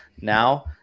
Now